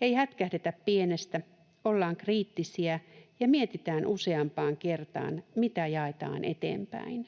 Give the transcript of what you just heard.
Ei hätkähdetä pienestä, ollaan kriittisiä ja mietitään useampaan kertaan, mitä jaetaan eteenpäin.